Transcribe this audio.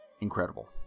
incredible